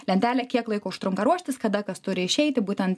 lentelę kiek laiko užtrunka ruoštis kada kas turi išeiti būtent